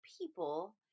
people